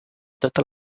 totes